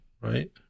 right